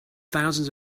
thousands